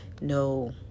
no